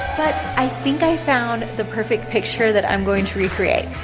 but i think i found the perfect picture that i am going to recreate.